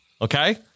Okay